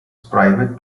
private